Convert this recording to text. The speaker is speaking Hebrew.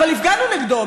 אבל הפגנו נגדו,